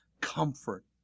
comfort